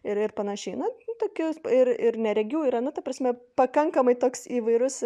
ir ir panašiai na tokios ir ir neregių yra nu ta prasme pakankamai toks įvairus